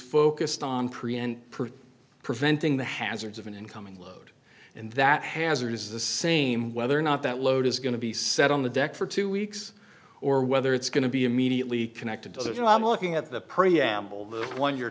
focused on pre n preventing the hazards of an incoming load and that hazard is the same whether or not that load is going to be set on the deck for two weeks or whether it's going to be immediately connected does it i'm looking at the preamble the one you're